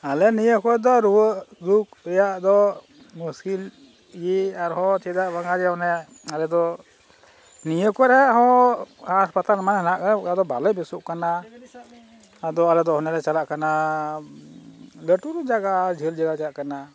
ᱟᱞᱮ ᱱᱤᱭᱟᱹ ᱠᱚᱨᱮᱫᱚ ᱨᱩᱣᱟᱹᱜ ᱨᱮᱭᱟᱜ ᱫᱚ ᱢᱩᱥᱠᱤᱞ ᱜᱮ ᱟᱨᱦᱚᱸ ᱪᱮᱫᱟᱜ ᱵᱟᱝᱼᱟ ᱡᱮ ᱚᱱᱮ ᱟᱞᱮᱫᱚ ᱱᱤᱭᱟᱹ ᱠᱚᱨᱮᱦᱚᱸ ᱦᱟᱥᱯᱟᱛᱟᱞ ᱢᱟ ᱦᱮᱱᱟᱜ ᱠᱟᱫᱟ ᱵᱟᱞᱮ ᱵᱮᱥᱳᱜ ᱠᱟᱱᱟ ᱟᱫᱚ ᱟᱞᱮᱫᱚ ᱦᱚᱱᱮᱞᱮ ᱪᱟᱞᱟᱜ ᱠᱟᱱᱟ ᱞᱟᱹᱴᱩ ᱞᱟᱹᱴᱩ ᱡᱟᱭᱜᱟ ᱡᱷᱟᱹᱞ ᱡᱷᱟᱹᱞ ᱡᱟᱭᱜᱟᱞᱮ ᱪᱟᱞᱟᱜ ᱠᱟᱱᱟ